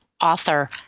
author